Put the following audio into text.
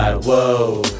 Whoa